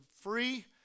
free